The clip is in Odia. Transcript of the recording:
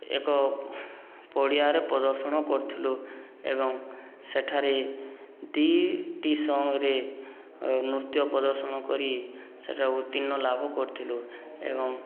ଏକ ପଡ଼ିଆରେ ପ୍ରଦର୍ଶନ କରିଥିଲୁ ଏବଂ ସେଠାରେ ଦୁଇଟି ସଙ୍ଗରେ ନୃତ୍ୟ ପ୍ରଦର୍ଶନ କରି ସେଇଟା ଉତ୍ତୀର୍ଣ୍ଣ ଲାଭ କରିଥିଲୁ ଏବଂ